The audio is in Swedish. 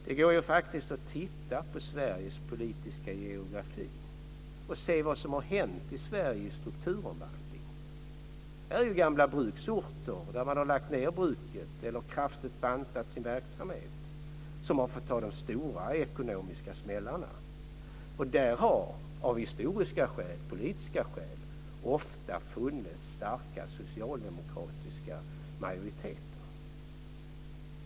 Det går faktiskt att titta på Sveriges politiska geografi och se vad som har hänt i Sveriges strukturomvandling. Det är ju gamla bruksorter, där man har lagt ned bruket eller kraftigt bantat sin verksamhet, som har fått ta de stora ekonomiska smällarna. Där har av historiska och politiska skäl ofta funnits starka socialdemokratiska majoriteter.